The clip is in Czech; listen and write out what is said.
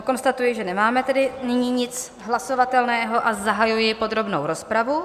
Konstatuji, že nemáme nyní nic hlasovatelného, a zahajuji podrobnou rozpravu.